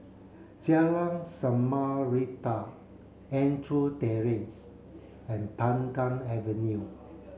Jalan Samarinda Andrew Terrace and Pandan Avenue